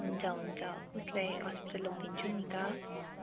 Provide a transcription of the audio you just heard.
हुन्छ हुन्छ उसलाई हस्पिटल लगिदिन्छु नि त